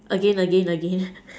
again again again